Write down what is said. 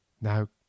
Now